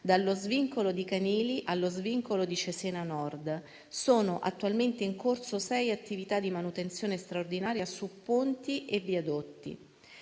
dallo svincolo di Canili allo svincolo di Cesena Nord. Sono attualmente in corso sei attività di manutenzione straordinaria su ponti e viadotti.